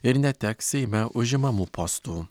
ir neteks seime užimamų postų